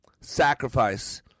sacrifice